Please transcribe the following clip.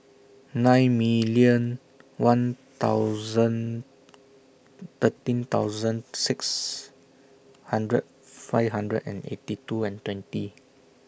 nine million one thousand thirteen thousand six hundred five hundred and eighty two and twenty